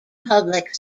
public